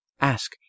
ask